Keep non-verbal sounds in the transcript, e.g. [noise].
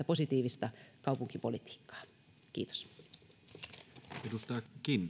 [unintelligible] positiivista kaupunkipolitiikkaa kiitos arvoisa